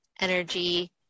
energy